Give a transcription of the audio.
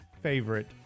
favorite